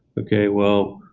ok. well,